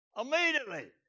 Immediately